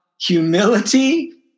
humility